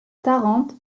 tarente